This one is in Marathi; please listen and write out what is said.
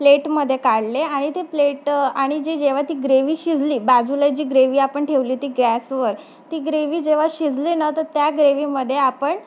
प्लेटमध्ये काढले आणि ते प्लेट आणि जी जेव्हा ती ग्रेवी शिजली बाजूला जी ग्रेवी आपण ठेवली ती गॅसवर ती ग्रेवी जेव्हा शिजली ना तर त्या ग्रेव्हीमध्ये आपण